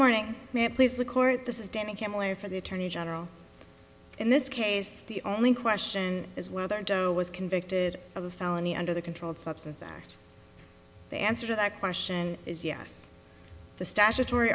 morning please the court this is damning kamler for the attorney general in this case the only question is whether joe was convicted of a felony under the controlled substances act the answer to that question is yes the statutory